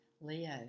Leo